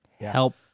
Help